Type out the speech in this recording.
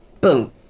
boom